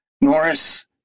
Norris